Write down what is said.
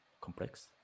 Complex